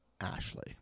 ashley